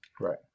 Right